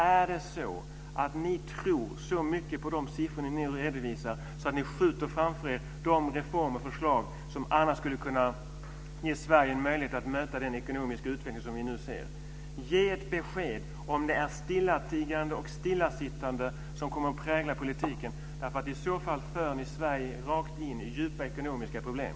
Tror ni så mycket på de siffror ni redovisar att ni skjuter framför er de reformer och förslag som annars skulle kunna ge Sverige en möjlighet att möta den ekonomiska utveckling som vi nu ser. Ge ett besked om det är stillatigande och stillasittande som kommer att prägla politiken. I så fall för ni Sverige rakt in i djupa ekonomiska problem.